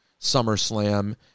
SummerSlam